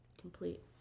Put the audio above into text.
Complete